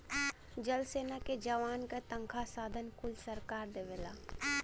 जल सेना के जवान क तनखा साधन कुल सरकारे देवला